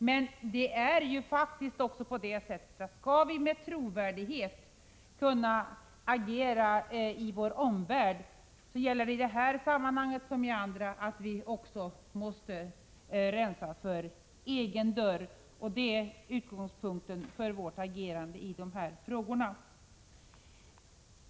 Men skall vi med trovärdighet kunna agera i vår omvärld, gäller det faktiskt i det här sammanhanget som i andra att vi också måste rensa för egen dörr, och det är utgångspunkten för vårt agerande i de här frågorna.